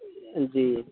जी